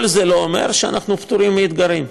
כל זה לא אומר שאנחנו פטורים מאתגרים.